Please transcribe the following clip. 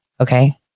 Okay